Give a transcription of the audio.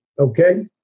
okay